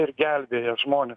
ir gelbėja žmones